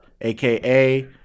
aka